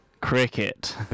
cricket